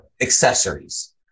accessories